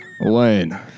Elaine